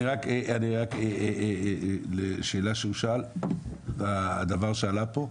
רק לשאלה שהוא שאל, לדבר שעלה פה.